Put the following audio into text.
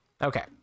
okay